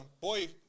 boy